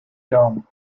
dome